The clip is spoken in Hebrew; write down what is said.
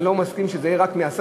ואני לא מסכים שזה יהיה רק מ-10,000?